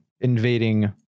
invading